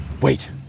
Wait